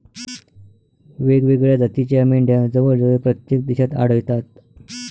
वेगवेगळ्या जातीच्या मेंढ्या जवळजवळ प्रत्येक देशात आढळतात